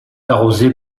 arrosée